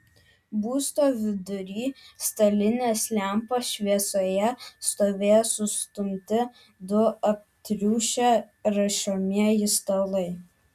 būsto vidury stalinės lempos šviesoje stovėjo sustumti du aptriušę rašomieji stalai